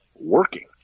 working